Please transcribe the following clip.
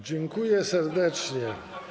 Dziękuję serdecznie.